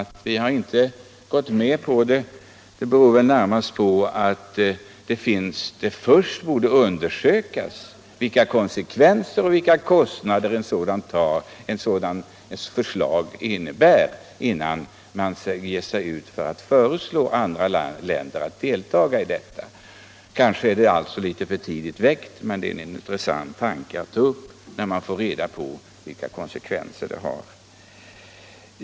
Att vi inte har gått med på förslaget beror närmast på att det borde undersökas vilka kostnader en sådan rabattform medför innan man föreslår andra länder att delta. Kanske är frågan för tidigt väckt, men det är en intressant tanke att ta upp när man får reda på vilka konsekvenser den får.